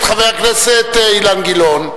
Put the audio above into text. אוקיי.